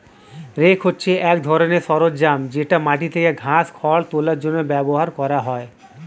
rake হচ্ছে এক ধরনের সরঞ্জাম যেটা মাটি থেকে ঘাস, খড় তোলার জন্য ব্যবহার করা হয়